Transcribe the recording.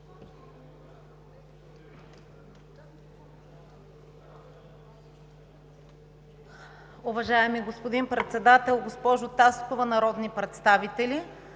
Уважаеми господин Председател, госпожо Таскова, народни представители!